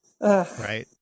right